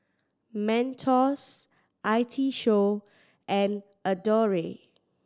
Mentos I T Show and Adore